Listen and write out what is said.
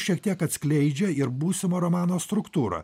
šiek tiek atskleidžia ir būsimo romano struktūrą